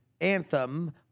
anthem